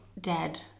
dead